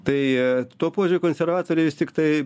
tai tuo požiūriu konservatoriai vis tiktai